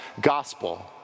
gospel